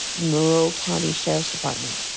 monroe county sheriff's department.